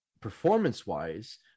performance-wise